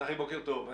צחי בוקר טוב.